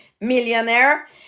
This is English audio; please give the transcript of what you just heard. millionaire